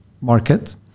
market